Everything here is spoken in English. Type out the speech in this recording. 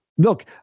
Look